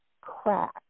crack